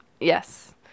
yes